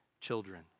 children